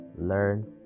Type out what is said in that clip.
learn